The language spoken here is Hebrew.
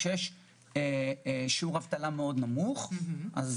כשיש שיעור אבטלה מאוד נמוך ויש ביקוש לעובדים,